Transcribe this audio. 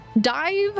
dive